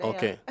Okay